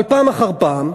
אבל פעם אחר פעם,